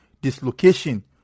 dislocation